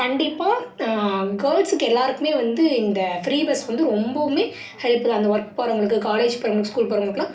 கண்டிப்பாக கேர்ள்ஸ்க்கு எல்லாருக்குமே வந்து இந்த ஃப்ரீ பஸ் வந்து ரொம்பவுமே ஹெல்ப் தான் அந்த ஒர்க் போகிறவங்களுக்கு காலேஜ் போகிறவங்களுக்கு ஸ்கூல் போகிறவங்களுக்குலாம்